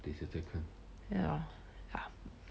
yeah lor ya